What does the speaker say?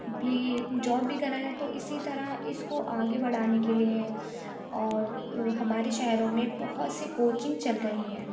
بھی جاب بھی کر رہے ہیں تو اِسی طرح اِس کو آگے بڑھانے کے لیے اور ہمارے شہروں میں بہت سی کوچنگ چل رہی ہیں